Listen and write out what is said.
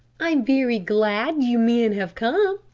i'm very glad you men have come,